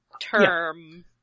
term